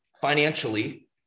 financially